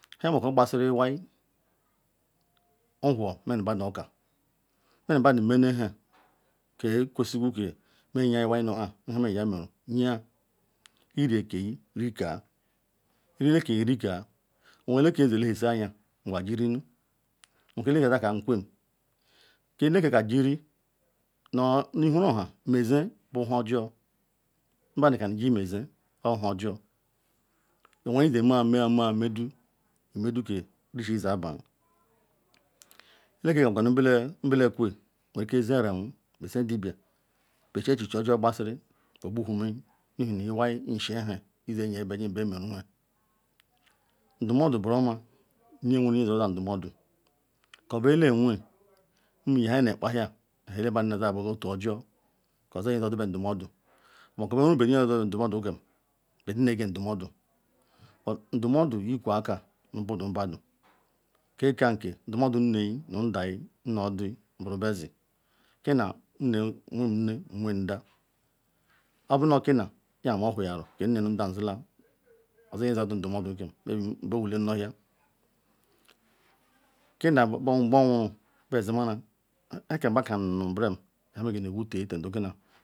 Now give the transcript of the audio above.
Nha mako ngba-siri Iwai nwhor muno badu oka, mono badu mene nhe ke qwesiru ke meyeya Iwai hakpa yea, Irikeyi rika, Irilekeyi rika oweru eleke nye elehisi anya nkwa jirin oweru ele yaka nkwem ke eleka jiri nu Iwhuruoha mezi bu nhuojor nu madu karu gi mezi obu nhuojor oweru owo owo ijime imedo ke isi yabaa. Eleke kamakoro nu beya kwem werike si ranwu si dibia be che-echiche ojor gbasiri be qbuhumeyi Ihe nu Iwai nshenhe Iyebe nye kini be meru nhe. Ndumuodu buruoma nyeweru nye yeya ndumuodu, kurbu ele-wen Ihe yanhe na akpaya mudu na abaa otu ojor oza nye nu odume ndumuodu or beyebedi nyeobu ndu-muodu, bediya neyweru ndumuodukam Ndumuodu yikwa aka nu ndu budu, ke ka nke ndumuodu nneyi nu Ndayi nu oduyi beri bedi, kita nwen nne nwen ndah. Obunu obu kita bu ha ma huyaru nne nu ndam ndibala oza nye vodume ndumuodu kam maybe nbehulem nu ohia, kita bu kpo be woru be zimala nhakam be kanunu nberiyam bu nhe me ganu wojie Uu nbram.